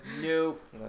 Nope